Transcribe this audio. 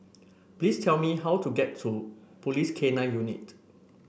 please tell me how to get to Police K Nine Unit